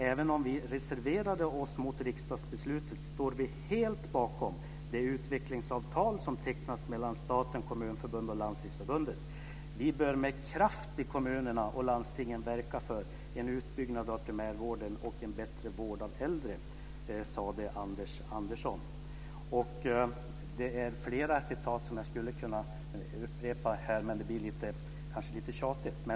"Även om vi reserverade oss mot riksdagsbeslutet står vi helt bakom det utvecklingsavtal som tecknats mellan staten, Kommunförbundet och Landstingsförbundet. Vi bör med kraft i kommunerna och landstingen verka för en utbyggnad av primärvården och en bättre vård av äldre", sade Anders Andersson. Jag skulle kunna ta flera citat, men det kanske skulle bli lite tjatigt.